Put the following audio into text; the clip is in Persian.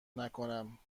نکنم